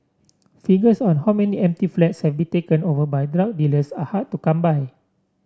figures on how many empty flats have been taken over by drug dealers are hard to come by